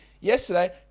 yesterday